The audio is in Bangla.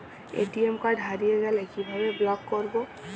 এ.টি.এম কার্ড হারিয়ে গেলে কিভাবে ব্লক করবো?